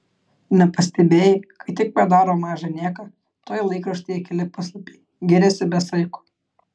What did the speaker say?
nepastebėjai kai tik padaro mažą nieką tuoj laikraštyje keli puslapiai giriasi be saiko